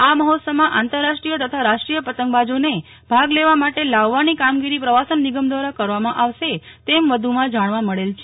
આ મહોત્સવમાં આંતરરાષ્ટ્રીય તથા રાષ્ટ્રીય પતંગબાજોને ભાગ લેવા માટે લાવવાની કામગીરી પ્રવાસન નિગમ દ્વારા કરવામાં આવશે તેમ વધુમં જાણવા મળેલ છે